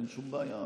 אין שום בעיה,